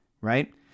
right